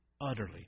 utterly